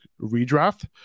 redraft